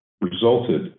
resulted